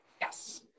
Yes